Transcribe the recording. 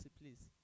please